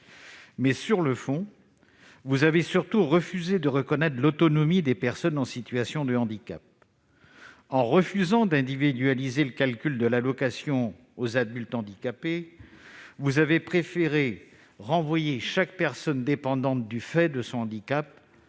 Sur le fond, vous avez surtout refusé de reconnaître l'autonomie des personnes en situation de handicap. En refusant d'individualiser le calcul de l'allocation aux adultes handicapés AAH, vous avez préféré renvoyer chaque personne dépendante du fait d'un handicap